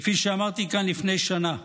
כפי שאמרתי כאן לפני שנה,